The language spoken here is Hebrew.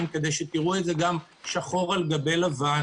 היא לבקש מהאזרח לעטות מסכה ושהוא יעטה מסכה מבלי שנצטרך